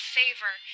favor